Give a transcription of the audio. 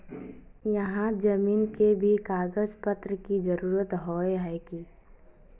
यहात जमीन के भी कागज पत्र की जरूरत होय है की?